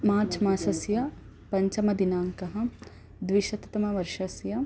मार्च् मासस्य पञ्चमदिनाङ्कः द्विशततमवर्षस्य